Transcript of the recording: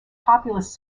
populous